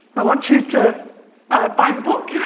but want you to buy the book,